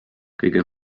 kõige